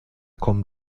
kommen